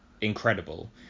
incredible